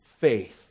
faith